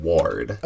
Ward